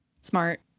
smart